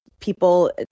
people